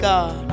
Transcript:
God